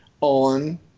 on